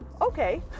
Okay